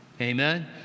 Amen